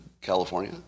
California